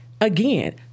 Again